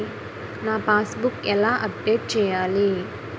నా passbook ఎలా update చేయాలి?